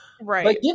Right